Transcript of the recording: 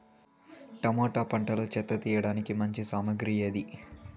Tomato పంటలో చెత్త తీయడానికి మంచి సామగ్రి ఏది?